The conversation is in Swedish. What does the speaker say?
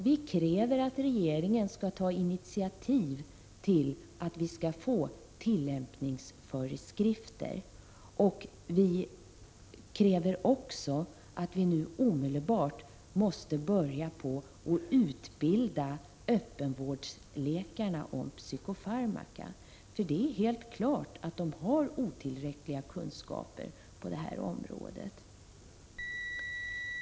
Vi kräver att regeringen skall ta initiativ till att det skrivs tillämpningsföreskrifter, och vi kräver också att man omedelbart skall börja utbilda öppenvårdsläkarna i psykofarmaka, för det är helt klart att de har helt otillräckliga kunskaper på detta område.